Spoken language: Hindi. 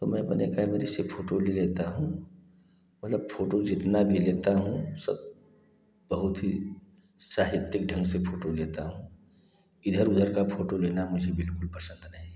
तो मैं अपने कैमरे से फोटो ले लेता हूँ मतलब फोटो जितना भी लेता हूँ सब बहुत ही साहित्यिक ढंग से फोटू लेता हूँ इधर उधर की फोटू लेना मुझे बिल्कुल पसंद नहीं है